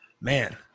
Man